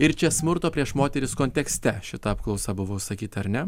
ir čia smurto prieš moteris kontekste šita apklausa buvo užsakyta ar ne